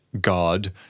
God